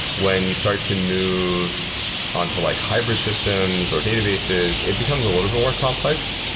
when you start to move on to like hybrid systems or databases, it becomes a little bit more complex,